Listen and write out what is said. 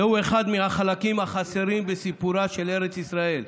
זה אחד מהחלקים החסרים בסיפורה של ארץ ישראל.